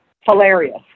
hilarious